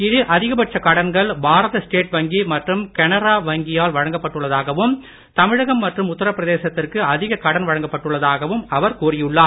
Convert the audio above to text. இதில் அதிகபட்ச கடன்கள் பாரத ஸ்டேட் வங்கி மற்றும் கனரா வங்கியால் வழங்கப் பட்டுள்ளதாகவும் தமிழகம் மற்றும் உத்தரப்பிரதேச த்திற்கு அதிகக் கடன் வழங்கப் பட்டுள்ளதாகவும் அவர் கூறியுள்ளார்